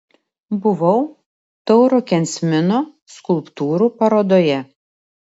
buvau tauro kensmino skulptūrų parodoje